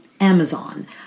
Amazon